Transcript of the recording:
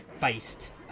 based